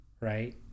right